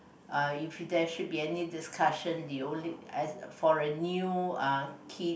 uh you there should be any discussion they only as for a new uh kid